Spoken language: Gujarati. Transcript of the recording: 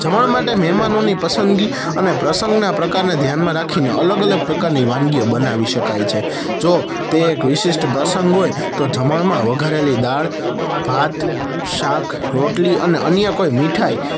જમણ માટે મહેમાનોની પસંદગી અને પ્રસંગના પ્રકારને ધ્યાનમાં રાખીને અલગ અલગ પ્રકારની વાનગીઓ બનાવી શકાય છે જો તે એક વિશિષ્ટ પ્રસંગ હોય તો જમણમાં વઘારેલી દાળ ભાત શાક રોટલી અને અન્ય કોઈ મીઠાઈ